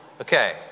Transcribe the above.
Okay